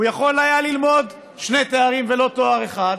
הוא יכול היה ללמוד שני תארים ולא תואר אחד.